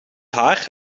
haar